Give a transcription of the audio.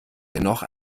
dennoch